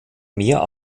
mehr